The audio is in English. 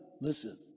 Listen